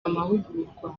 amahugurwa